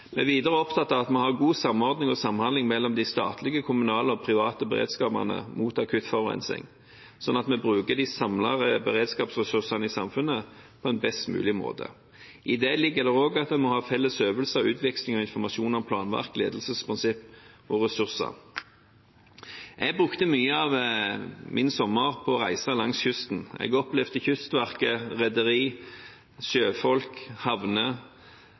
er videre opptatt av å ha god samordning og samhandling mellom den statlige, den kommunale og den private beredskapen mot akutt forurensning, slik at vi bruker de samlede beredskapsressursene i samfunnet på en best mulig måte. I det ligger det også at man må ha felles øvelser og utveksling av informasjon om planverk, ledelsesprinsipp og ressurser. Jeg brukte mye av min sommer på å reise langs kysten. Jeg opplevde Kystverket, rederier, sjøfolk,